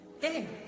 hey